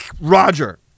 Roger